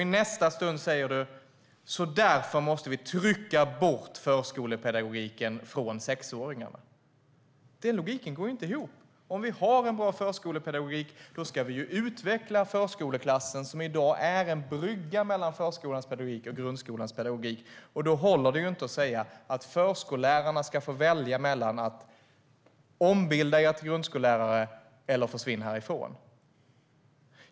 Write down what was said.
Men i nästa stund säger du: Därför måste vi trycka bort förskolepedagogiken från sexåringarna. Den logiken går inte ihop. Om vi har en bra förskolepedagogik ska vi utveckla förskoleklassen, som i dag är en brygga mellan förskolans pedagogik och grundskolans pedagogik. Då håller det inte att säga att förskollärarna ska få välja mellan att ombilda sig till grundskolelärare eller försvinna från förskoleklassen.